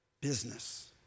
business